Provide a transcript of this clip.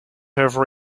over